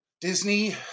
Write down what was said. Disney